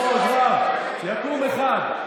יקום אחד.